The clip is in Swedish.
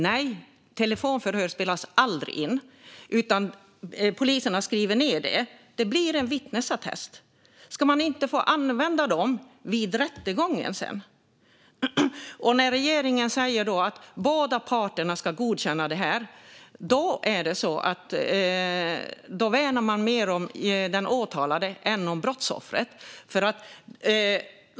Nej, telefonförhör spelas aldrig in, utan poliserna skriver ned dem. Det blir en vittnesattest. Ska man sedan inte få använda den vid rättegången? När regeringen säger att båda parterna ska godkänna detta värnar man mer om den åtalade än om brottsoffret.